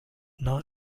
not